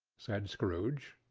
said scrooge.